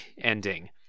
ending